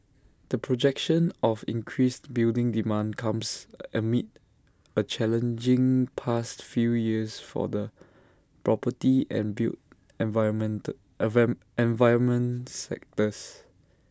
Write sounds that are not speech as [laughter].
the projection of increased building demand comes amid A challenging past few years for the property and built environment [unintelligible] environment sectors